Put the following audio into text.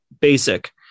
basic